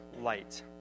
light